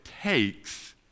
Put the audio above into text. takes